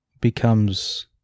becomes